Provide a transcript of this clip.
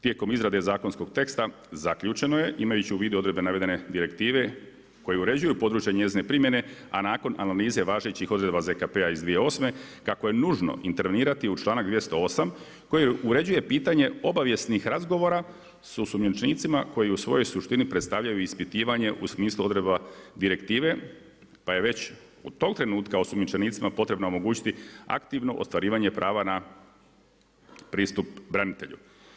Tijekom izrade zakonskog teksta, zaključeno je imajući vidu odredbe navedene direktive koje uređuju područje njezine primjene a nakon analize važećih odredba ZKP-a iz 2008., kako je nužno intervenirati u članak 208. koji uređuje pitanje obavijesnih razgovora sa osumnjičenicama koji u svojoj suštini predstavljaju ispitivanje u smislu odredaba direktive, pa je već od tog trenutka osumnjičenicima potrebno omogućiti aktivno ostvarivanje prava na pristup branitelju.